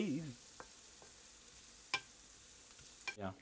you know